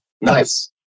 Nice